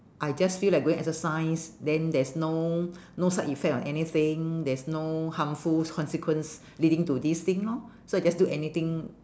I just feel like going exercise then there's no no side effect or anything there's no harmful consequence leading to this thing lor so I just do anything